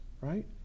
right